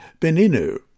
Beninu